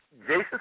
Jason